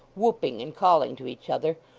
whooping and calling to each other,